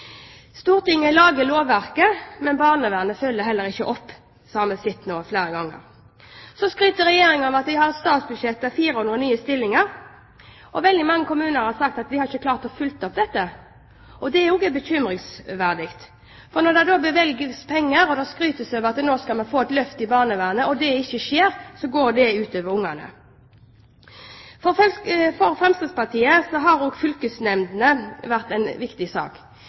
Stortinget lager lovverket, men barnevernet følger ikke opp. Det har vi sett flere ganger. Så skryter Regjeringen av at de har et statsbudsjett med 400 nye stillinger. Veldig mange kommuner har sagt at de ikke har klart å følge opp dette. Det er bekymringsfullt, for når det da bevilges penger og skrytes av at nå skal vi få et løft i barnevernet og det ikke skjer, så går det ut over ungene. For Fremskrittspartiet har også fylkesnemndene vært en viktig sak.